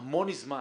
המון זמן.